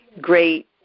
great